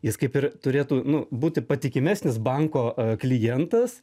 jis kaip ir turėtų nu būti patikimesnis banko klientas